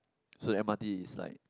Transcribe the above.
so the M_R_T is like